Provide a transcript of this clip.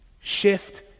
Shift